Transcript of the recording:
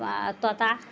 आओर तोता